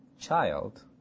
child